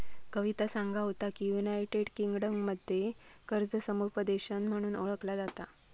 कविता सांगा होता की, युनायटेड किंगडममध्ये कर्ज समुपदेशन म्हणून ओळखला जाता